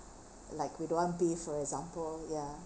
like we don't want beef for example ya